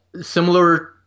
similar